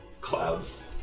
clouds